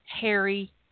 Harry